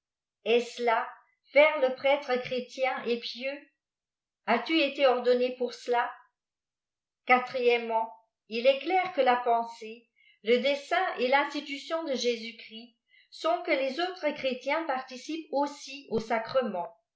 est-ce jà faire le prêtre chrétien et pieux as-tu été orjonné pour cela i quatrièmeiiiient il est clair que la pensée le dessein et l'iïïstilutioii de jésùs christj sont que les autres chrétien parlicîpept aussi au sacrement